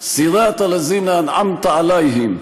"נְחֵנו באורח מישרים,